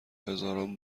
هزاران